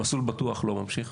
"מסלול בטוח" לא ממשיך,